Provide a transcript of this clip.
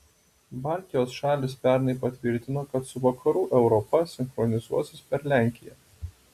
baltijos šalys pernai patvirtino kad su vakarų europa sinchronizuosis per lenkiją